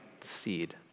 seed